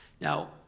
Now